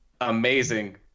amazing